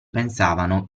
pensavano